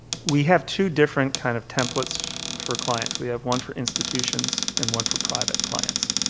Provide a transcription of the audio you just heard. we have two different kind of templates for clients. we have one for institutions and one for private clients.